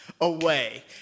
away